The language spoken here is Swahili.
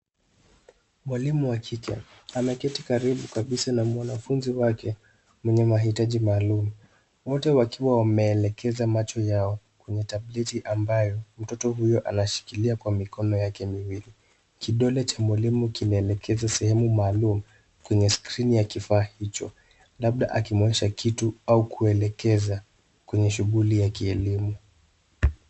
Mwalimu wa kike ameketi karibu kabisa na mwanafunzi wake mwenye mahitaji maalum. Wote wakiwa wameelekeza macho yao kwenye tableti ambayo mtoto huyo anashikilia kwa mikono yake miwili. Kidole cha mwalimu kinaelekeza sehemu maalum kwenye skrini ya kifaa hicho labda akimuonyesha kitu au kuelekeza kwenye shughuli ya kielimu.